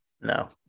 No